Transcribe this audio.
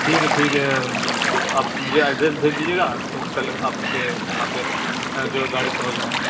ٹھیک ہے ٹھیک ہے آپ مجھے ایڈریس بھیج دیجیے گا تو کل آپ سے یہاں پہ جو ہے گاڑی پہنچ جائیں